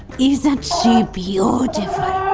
isn't she beautiful.